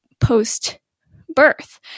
post-birth